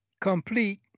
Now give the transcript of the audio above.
complete